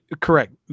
Correct